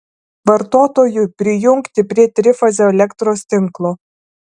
vartotojui prijungti prie trifazio elektros tinklo